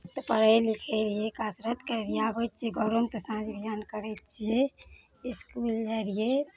तऽ पढ़ै लिखै रहियै कसरत करै रहियै आबै छियै घरोमे तऽ साँझ बिहान करै छियै इसकुल जाइ रहियै